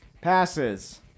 Passes